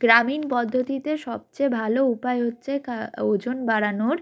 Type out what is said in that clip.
গ্রামীণ পদ্ধতিতে সবচেয়ে ভালো উপায় হচ্ছে কা ওজন বাড়ানোর